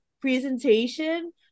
presentation